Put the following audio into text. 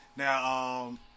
Now